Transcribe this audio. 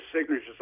signatures